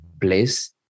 place